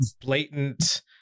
blatant